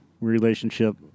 relationship